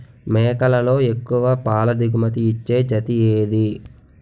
మేకలలో ఎక్కువ పాల దిగుమతి ఇచ్చే జతి ఏది?